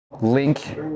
Link